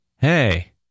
Hey